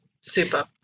super